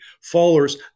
followers